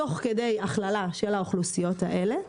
תוך כדי ההכללה של האוכלוסיות האלה.